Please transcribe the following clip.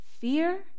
fear